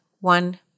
one